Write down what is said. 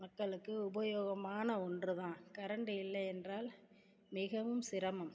மக்களுக்கு உபயோகமான ஒன்றுதான் கரண்ட் இல்லை என்றால் மிகவும் சிரமம்